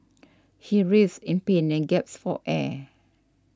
he writhed in pain and gasped for air